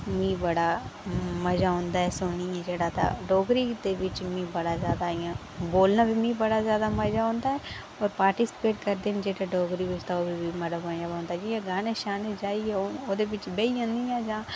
मिगी बड़ा मज़ा औंदा ऐ सुनियै जेह्ड़ा ते डोगरी दे बिच मिगी बड़ा जादा इंया बोलना ते मिगी बड़ा जादा मज़ा औंदा ऐ होर पार्टिस्पेट करदे बी जेह्ड़ा डोगरी ओह् बड़ा मज़ा औंदे ते एह् इयै गाने गाइयै ओह्दे बिच बेही जन्ने तां